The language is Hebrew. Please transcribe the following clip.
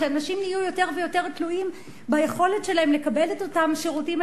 כשאנשים נהיו יותר ויותר תלויים ביכולת שלהם לקבל את אותם שירותים,